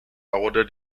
awarded